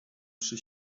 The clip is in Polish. przy